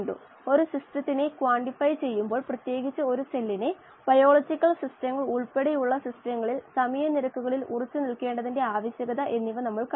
ഇത് ഒരു സാധാരണ ഡാറ്റ യാണ് എന്റെ ഡോക്ടറൽ കാലത്ത് ബയോറിയാക്ടർ ഉപയോഗിച്ചുള്ള പരീക്ഷണത്തിൽ നിന്നാണ് ഇത് എന്നാണ് ഞാൻ കരുതുന്നത്